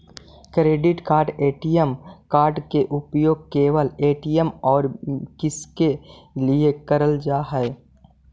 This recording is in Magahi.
क्रेडिट कार्ड ए.टी.एम कार्ड के उपयोग केवल ए.टी.एम और किसके के लिए करल जा है?